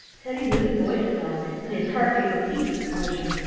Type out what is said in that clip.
teddy knew the voice well, and his heart gave a leap of pleasure.